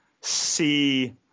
see